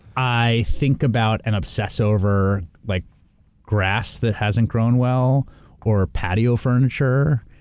i think about and obsessive over like grass that hasn't grown well or patio furniture,